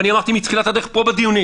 ואמרתי מתחילת הדרך פה בדיונים